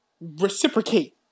reciprocate